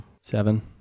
Seven